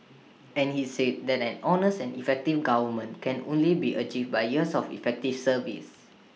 and he said that an honest and effective government can only be achieved by years of effective service